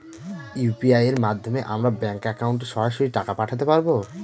UPI এর মাধ্যমে আমরা ব্যাঙ্ক একাউন্টে সরাসরি টাকা পাঠাতে পারবো?